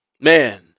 Man